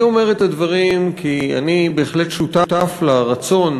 אני אומר את הדברים כי אני בהחלט שותף לרצון